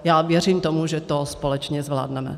Já věřím tomu, že to společně zvládneme.